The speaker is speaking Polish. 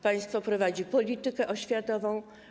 Państwo prowadzi politykę oświatową.